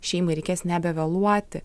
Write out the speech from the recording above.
šeimai reikės nebevėluoti